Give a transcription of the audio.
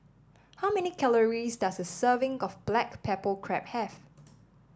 how many calories does a serving of Black Pepper Crab have